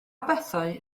bethau